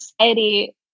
society